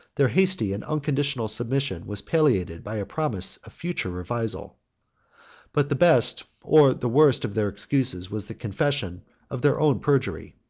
their hasty and unconditional submission was palliated by a promise of future revisal but the best, or the worst, of their excuses was the confession of their own perjury.